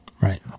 Right